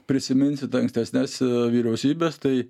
prisiminsit ankstesnes vyriausybes tai